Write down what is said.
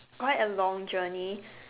quite a long journey